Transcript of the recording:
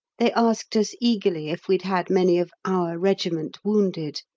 they asked us eagerly if we'd had many of our regiment wounded,